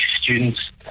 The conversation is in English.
students